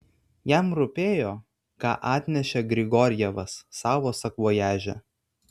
jam rūpėjo ką atnešė grigorjevas savo sakvojaže